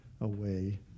away